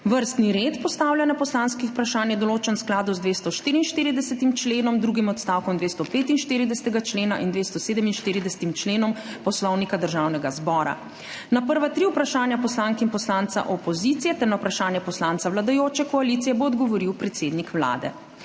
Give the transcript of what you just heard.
Vrstni red postavljanja poslanskih vprašanj je določen v skladu z 244. členom, drugim odstavkom 245. člena in 247. členom Poslovnika Državnega zbora. Na prva tri vprašanja poslank in poslancev opozicije ter na vprašanje poslanca vladajoče koalicije bo odgovoril predsednik Vlade.